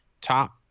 Top